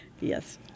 Yes